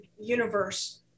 universe